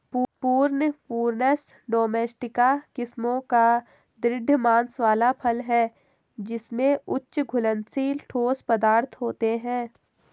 prune, Prunus domestica किस्मों का दृढ़ मांस वाला फल है जिसमें उच्च घुलनशील ठोस पदार्थ होते हैं